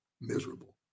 miserable